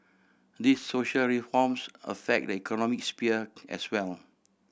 these social reforms affect the economic sphere as well